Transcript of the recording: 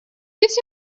gives